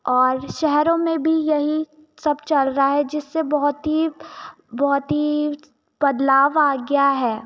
और शहरों में भी यही सब चल रहा है जिससे बहुत ही बहुत ही बदलाव आ गया है